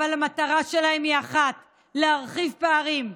אבל המטרה שלהם היא אחת: להרחיב פערים,